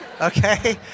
okay